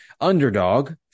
underdog